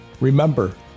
Remember